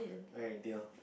alright they know